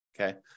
Okay